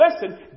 Listen